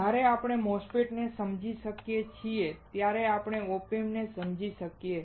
જ્યારે આપણે MOSFETS ને સમજીએ છીએ ત્યારે આપણે OP Amps ને સમજીએ છીએ